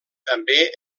també